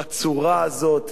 בצורה הזאת,